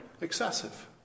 excessive